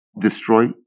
destroy